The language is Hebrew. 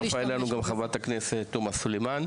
הצטרפה אלינו גם חברת הכנסת עאידה תומא סלימאן,